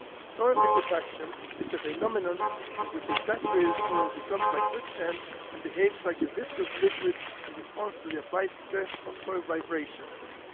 soil liquefaction is a phenomenon in which a saturated soil becomes like quicksand and behaves like a viscous liquid in response to the applied stress of soil vibrations.